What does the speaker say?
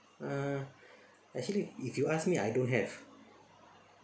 uh actually if you ask me I don't have